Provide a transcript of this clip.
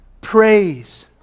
Praise